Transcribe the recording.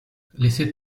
laissez